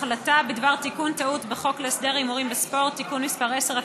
החלטה בדבר תיקון טעות בחוק להסדר ההימורים בספורט (תיקון מס' 10),